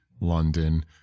London